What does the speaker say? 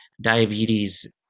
diabetes